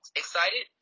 excited